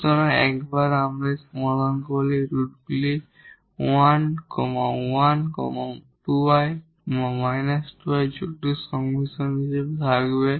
সুতরাং একবার আমরা এটি সমাধান করলে রুটগুলি 1 1 2𝑖 2𝑖 কমপ্লেক্স সংমিশ্রণ হিসাবে আসবে